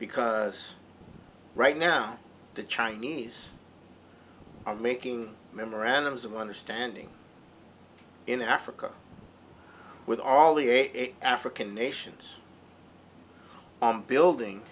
because right now the chinese are making memorandums of understanding in africa with all the eight african nations building